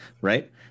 Right